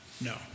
No